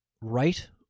right